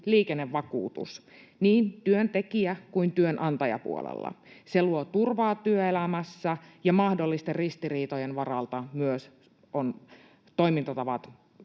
liikennevakuutus niin työntekijä- kuin työnantajapuolella. Se luo turvaa työelämässä, ja mahdollisten ristiriitojen varalta ovat myös toimintatavat